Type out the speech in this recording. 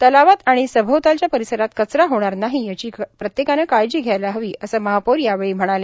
तलावात आणि सभोवतालच्या परिसरात कचरा होणार नाही याची प्रत्येकानी काळजी घ्यायला हवी असं महापौर यावेळी म्हणाल्या